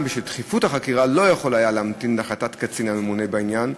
בשל דחיפות החקירה הוא לא יכול היה להמתין להחלטת הקצין הממונה בעניין.